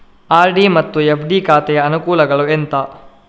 RD ಮತ್ತು FD ಖಾತೆಯ ಅನುಕೂಲಗಳು ಎಂತ?